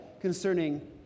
concerning